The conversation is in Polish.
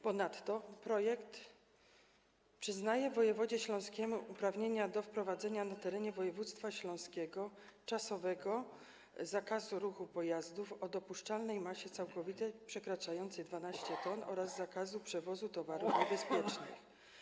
Ponadto projekt przyznaje wojewodzie śląskiemu uprawnienia do wprowadzenia na terenie województwa śląskiego czasowego zakazu ruchu pojazdów o dopuszczalnej masie całkowitej przekraczającej 12 t oraz zakazu przewozu towarów niebezpiecznych.